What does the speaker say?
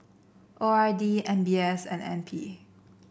O R D M B S and N P